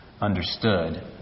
understood